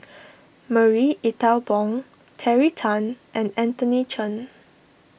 Marie Ethel Bong Terry Tan and Anthony Chen